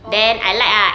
oh okay